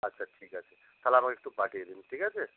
আচ্ছা ঠিক আছে তাহলে আমাকে একটু পাঠিয়ে দিন ঠিক আছে